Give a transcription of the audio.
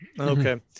okay